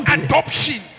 adoption